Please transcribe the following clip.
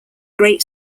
great